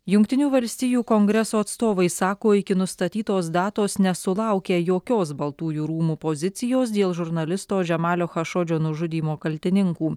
jungtinių valstijų kongreso atstovai sako iki nustatytos datos nesulaukę jokios baltųjų rūmų pozicijos dėl žurnalisto žemalio chašodžio nužudymo kaltininkų